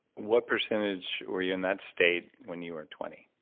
what percentage were you in that state when you were twenty?